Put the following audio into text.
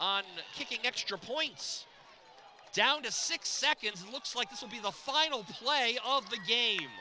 on kicking extra points down to six seconds looks like this will be the final play of the game